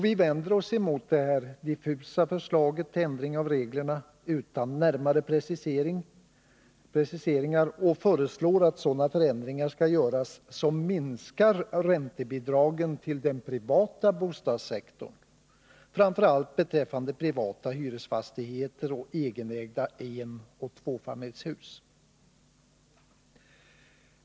Vi vänder oss emot det här diffusa förslaget till ändring av reglerna som inte innehåller närmare preciseringar, och vi förslår att sådana förändringar skall göras som minskar räntebidragen till den privata bostadssektorn, framför allt till privata hyresfastigheter och egenägda enoch tvåfamiljshus.